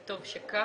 וטוב שכך.